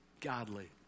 godly